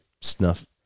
snuff